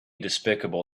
despicable